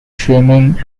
swimming